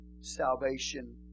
salvation